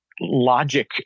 logic